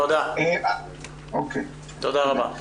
תודה רבה.